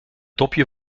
dopje